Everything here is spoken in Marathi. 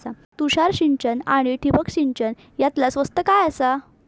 तुषार सिंचन आनी ठिबक सिंचन यातला स्वस्त काय आसा?